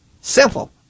Simple